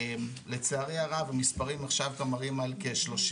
לצערי הרב, המספרים עכשיו מראים על כ-33